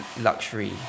luxury